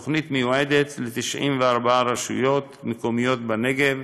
התוכנית מיועדת ל-94 רשויות מקומיות בנגב,